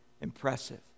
impressive